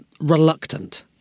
reluctant